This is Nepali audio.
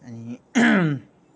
अनि